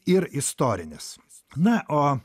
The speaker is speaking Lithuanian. ir istorinis na o